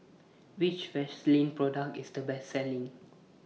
Which Vaselin Product IS The Best Selling